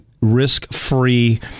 risk-free